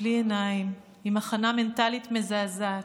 בלי עיניים, עם הכנה מנטלית מזעזעת,